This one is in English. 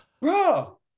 bro